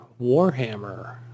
Warhammer